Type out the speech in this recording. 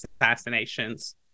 assassinations